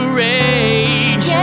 rage